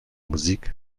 musik